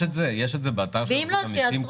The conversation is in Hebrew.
יש את זה באתר של רשות המיסים,